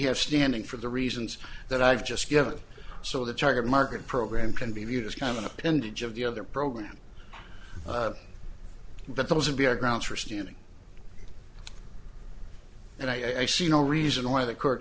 have standing for the reasons that i've just given so the target market program can be viewed as kind of an appendage of the other program but those would be our grounds for standing and i see no reason why the court